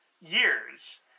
years